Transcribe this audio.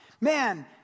Man